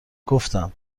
گفتم